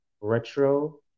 retro